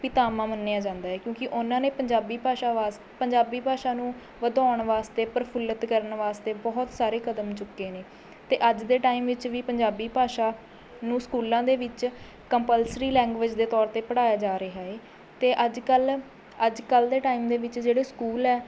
ਪਿਤਾਮਾ ਮੰਨਿਆ ਜਾਂਦਾ ਏ ਕਿਉਂਕਿ ਉਹਨਾਂ ਨੇ ਪੰਜਾਬੀ ਭਾਸ਼ਾ ਵਾਸਤੇ ਪੰਜਾਬੀ ਭਾਸ਼ਾ ਨੂੰ ਵਧਾਉਣ ਵਾਸਤੇ ਪ੍ਰਫੁੱਲਿਤ ਕਰਨ ਵਾਸਤੇ ਬਹੁਤ ਸਾਰੇ ਕਦਮ ਚੁੱਕੇ ਨੇ ਅਤੇ ਅੱਜ ਦੇ ਟਾਈਮ ਵਿੱਚ ਵੀ ਪੰਜਾਬੀ ਭਾਸ਼ਾ ਨੂੰ ਸਕੂਲਾਂ ਦੇ ਵਿੱਚ ਕੰਪਲਸਰੀ ਲੈਂਗੂਏਜ਼ ਦੇ ਤੌਰ 'ਤੇ ਪੜ੍ਹਾਇਆ ਜਾ ਰਿਹਾ ਏ ਅਤੇ ਅੱਜ ਕੱਲ੍ਹ ਅੱਜ ਕੱਲ੍ਹ ਦੇ ਟਾਈਮ ਦੇ ਵਿੱਚ ਜਿਹੜੇ ਸਕੂਲ ਹੈ